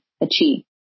achieve